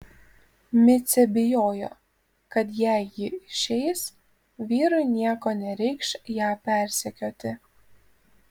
micė bijojo kad jei ji išeis vyrui nieko nereikš ją persekioti